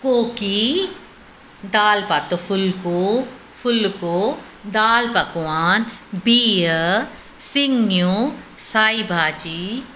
कोकी दाल पातो फुलिको फुलिको दाल पकवान बिह सिंगियूं साई भाॼी